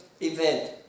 event